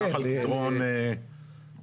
נחל קדרון זורם,